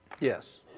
Yes